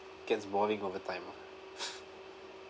gets boring overtime ah